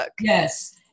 yes